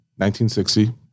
1960